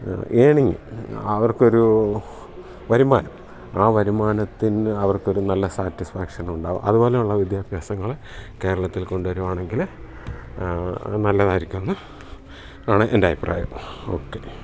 ഏണിങ്ങ് അവർക്കൊരു വരുമാനം ആ വരുമാനത്തിന് അവർക്കൊരു നല്ല സാറ്റിസ്ഫാക്ഷൻ ഉണ്ടാവും അതുപോലുള്ള വിദ്യാഭ്യാസങ്ങൾ കേരളത്തിൽ കൊണ്ടുവരികയാണെങ്കിൽ നല്ലതായിരിക്കുമെന്ന് ആണ് എൻ്റെ അഭിപ്രായം ഓക്കെ